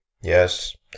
Yes